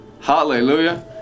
hallelujah